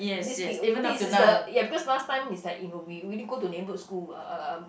this deal this is the ya because last time it's like you know we we only go to neighborhood school uh uh um